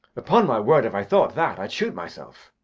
upon my word, if i thought that, i'd shoot myself.